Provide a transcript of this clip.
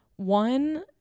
One